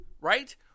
right